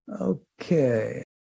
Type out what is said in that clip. Okay